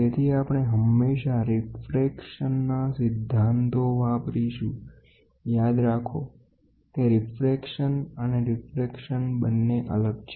તેથી આપણે હંમેશા રિફ્રેકશન ના સિદ્ધાંતો વાપરીશું યાદ રાખો કે રિફ્રેકશન અને ડિફ્રેકશન બંને અલગ છે